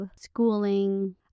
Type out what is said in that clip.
schooling